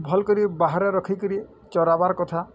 ଭଲ୍ କରି ବାହାରେ ରଖିକରି ଚରାବାର୍ କଥା